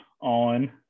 on